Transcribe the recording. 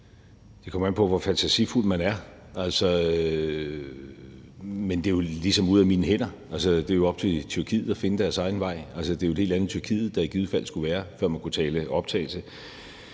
Det kommer an på, hvor fantasifuld man er. Men det er ligesom ude af mine hænder, for det er jo op til Tyrkiet at finde deres egen vej. Det er jo et helt andet Tyrkiet, der i givet fald skulle være, før man kan tale optagelse.